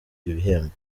ibihembo